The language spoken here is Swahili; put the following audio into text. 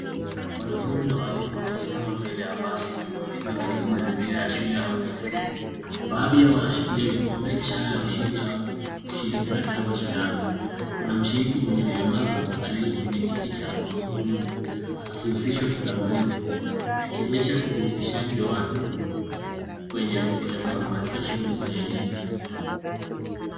Wanafunzi na walimu wanasimama mbele ya basi wakiwa katika mazingira ya shule au taasisi. Baadhi yao wanashikilia vikombe, ishara ya ushindi au kushiriki katika mashindano. Kuna mshiriki mwenye ulemavu aliye kwenye kiti cha magurudumu, akihusishwa kikamilifu, ikionyesha ujumuishaji wa watu wenye ulemavu katika shughuli za elimu.